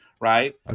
right